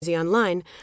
online